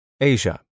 Asia